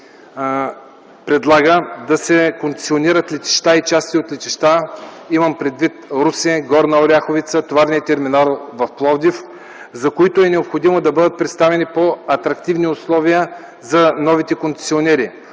предлага да се концесионират летища и части от летища (имам предвид Русе, Горна Оряховица, товарния терминал в Пловдив), за които е необходимо да бъдат представени по-атрактивни условия за новите концесионери.